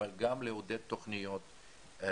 אבל גם לעודד תוכניות בעולם.